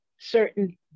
certain